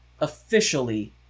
officially